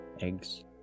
eggs